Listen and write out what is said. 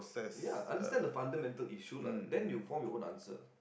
ya understand the fundamental issue lah then you form your own answer